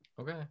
Okay